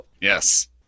Yes